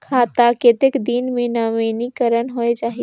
खाता कतेक दिन मे नवीनीकरण होए जाहि??